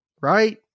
Right